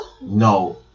No